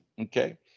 Okay